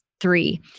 three